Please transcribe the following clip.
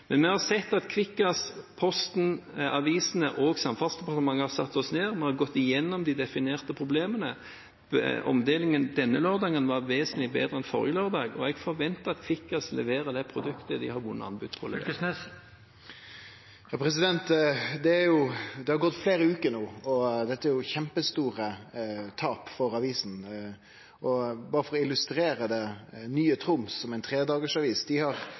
Kvikkas, Posten, avisene og Samferdselsdepartementet har satt seg ned, og vi har gått igjennom de definerte problemene. Omdelingen var denne lørdagen vesentlig bedre enn forrige lørdag, og jeg forventer at Kvikkas leverer det produktet de har vunnet anbud om å levere. Det har gått fleire veker no, og dette er kjempestore tap for avisene. Berre for å illustrere det: Nye Troms, som